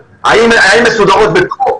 אתם מסכנים את בריאות האנשים שמגיעים אל השוק שלנו,